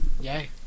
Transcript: Yay